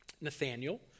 Nathaniel